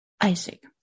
Isaac